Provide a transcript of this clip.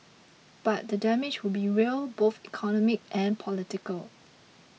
but the damage would be real both economic and political